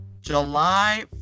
July